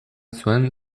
zuen